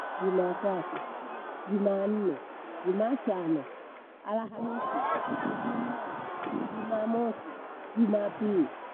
Jumatatu, jumanne, jumaatano, alhamisi, ijumaa, jumamosi, jumapili.